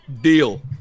deal